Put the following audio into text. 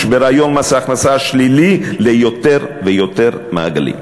ברעיון מס ההכנסה השלילי ליותר ויותר מעגלים.